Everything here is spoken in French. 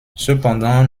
cependant